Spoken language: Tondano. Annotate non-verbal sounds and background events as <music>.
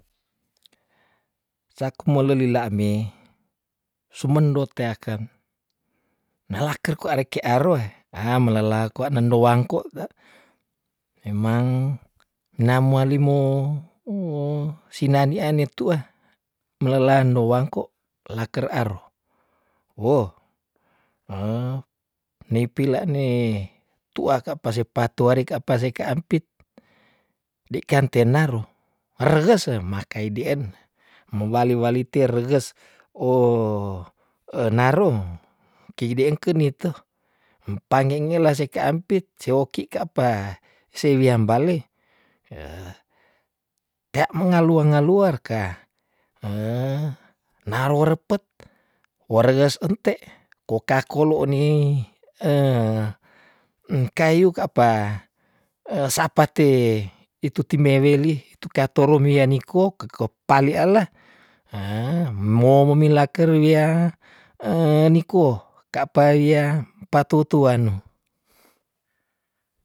Saku me lelila me sumendot teaken, na laker kwa reke aroe hah melelah kwa nendo wangko memang, namua limo oh si nani ane tuah melelah ndo wangko leker ero, woh <hesitation> ne pila ne tua ka pase patuari ka apa kase ka ampit, de kan tenaro eregesem makai dien me wali wali ter reges oh, <hesitation> naro kei de engke nite hem pange- ngela se ka ampit si oki ka pa se wiam bale heh tea mengalue- ngaluer kah heh na ro repet, we reges ente ko ka kolo nih <hesitation> kayu ka pa <hesitation> sa pate itu timeweli tu katoro wia niko keko pali ala heh mwo memilah keru wia <hesitation> ni kuo ka pa wia patu- tua no.